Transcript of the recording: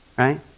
Right